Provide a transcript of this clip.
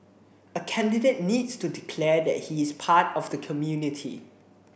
a candidate needs to declare that he is part of the community